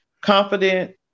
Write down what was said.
confident